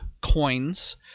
coins